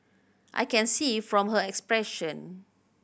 I can see from her expression